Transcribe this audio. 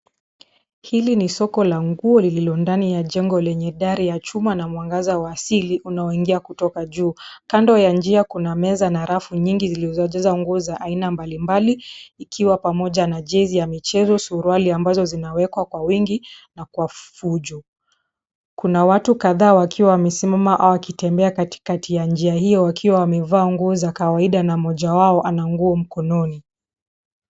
Hili ni soko la nguo lililo ndani ya jengo lenye dari ya chuma na mwangaza wa asili, unaoingia kutoka juu. Kando ya njia kuna meza na rafu nyingi zilizojaza nguo za aina mbalimbali, ikiwa pamoja na jezi ya michezo, suruali ambazo zinawekwa kwa wingi, na kwa fujo. Kuna watu kadhaa wakiwa wamesimama au wakitembea katikati ya njia hiyo wakiwa wamevaa nguo za kawaida na moja wao ana nguo mkononi.